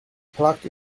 plucked